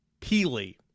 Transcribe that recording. Peely